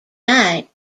night